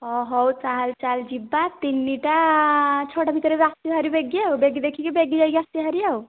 ଅ ହଉ ତାହେଲେ ଚାଲ ଯିବା ତିନିଟା ଛଅଟା ଭିତରେ ଆସିବୁ ବାହାରି ବେଗି ଆଉ ବେଗି ଦେଖିକି ବେଗି ଯାଇକି ଆସିବା ବାହାରି ଆଉ